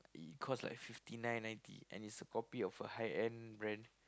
cost like fifty nine ninety and it's a copy of a high end brand